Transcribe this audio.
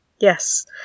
Yes